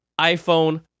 iPhone